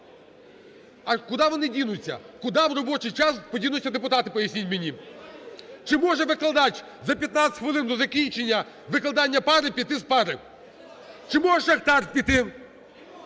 А куди вони дінуться? Куди в робочій час подінуться депутати, поясніть мені? Чи може викладач за 15 хвилин до закінчення викладання пари піти з пари? Чи може шахтар піти?